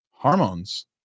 Hormones